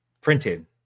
printed